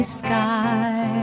sky